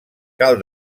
cal